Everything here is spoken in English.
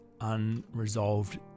unresolved